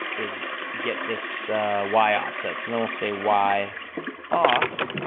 is get this y offset, so then we'll say y off,